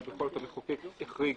אבל בכל אופן המחוקק החריג